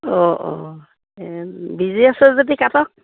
অঁ অঁ বিজি আছে যদি কাটক